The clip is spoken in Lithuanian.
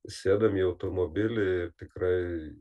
sėdam į automobilį tikrai